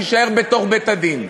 שיישאר בתוך בית-הדין.